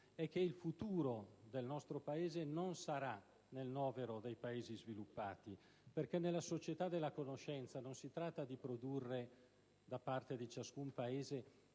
è che il futuro del nostro Paese non lo vedrà nel novero dei Paesi sviluppati, perché nella società della conoscenza non si tratta di produrre da parte di ciascun Paese